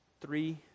three